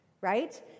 right